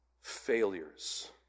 failures